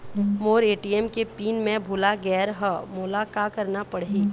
मोर ATM के pin मैं भुला गैर ह, मोला का करना पढ़ही?